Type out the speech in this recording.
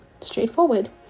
straightforward